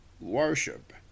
worship